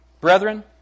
Brethren